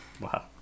wow